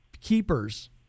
Keepers